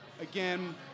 again